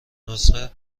نسخه